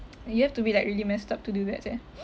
you have to be like really messed up to do thats eh